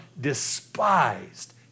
despised